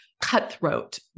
cutthroat